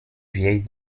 vieille